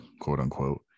quote-unquote